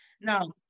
Now